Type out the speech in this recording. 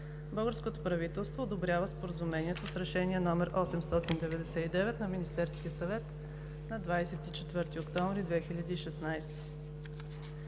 Българското правителство одобрява Споразумението с Решение № 899 на Министерския съвет на 24 октомври 2016